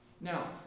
Now